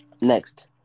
next